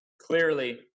clearly